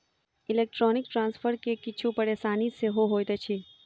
electronic transfer मे किछु परेशानी सेहो होइत अछि